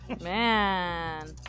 Man